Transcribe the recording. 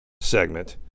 segment